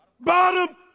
Bottom